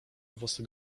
włosy